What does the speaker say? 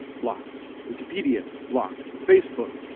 blocked. wikipedia, blocked. facebook,